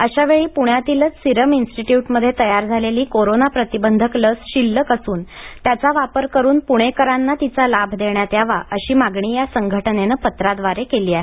अशावेळी पुण्यातीलच सिरम इन्स्टिट्यूटमध्ये तयार झालेली कोरोना प्रतिबंधक लस शिल्लक असून त्याचा वापर करून पूणेकरांना सर्वप्रथम ही लस देण्यात यावी अशी मागणी या संघटनेनं पत्राद्वारे केली आहे